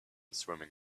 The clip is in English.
swimming